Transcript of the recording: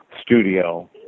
studio